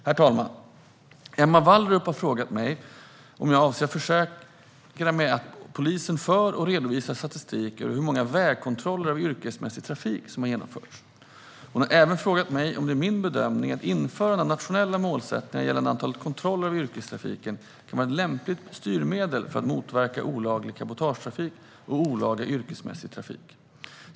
Herr talman! Emma Wallrup har frågat mig om jag avser att försäkra mig om att polisen för och redovisar statistik över hur många vägkontroller av yrkesmässig trafik som genomförts. Hon har även frågat mig om det är min bedömning att införande av nationella målsättningar gällande antalet kontroller av yrkestrafiken kan vara ett lämpligt styrmedel för att motverka olaga cabotagetrafik och olaga yrkesmässig trafik.